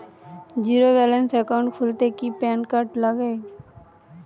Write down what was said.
Zero balance account খুলতে কি PAN card লাগে?